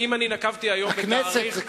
הכנסת,